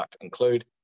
include